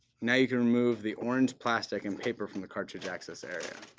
now you can remove the orange plastic and paper from the cartrige access area.